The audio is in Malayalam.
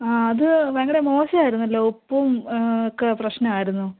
ആ അത് ഭയങ്കര മോശമായിരുന്നല്ലോ ഉപ്പും ഒക്കെ പ്രശ്നമായിരുന്നു